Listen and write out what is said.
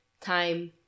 time